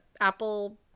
apple